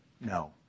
No